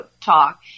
talk